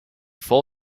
full